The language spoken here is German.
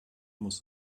muss